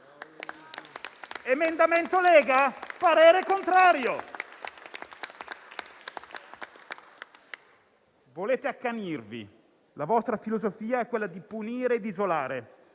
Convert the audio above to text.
Emendamento Lega? Parere contrario! Volete accanirvi. La vostra filosofia è quella di punire ed isolare.